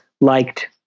liked